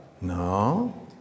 No